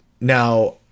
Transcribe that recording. Now-